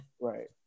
right